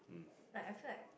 like I feel like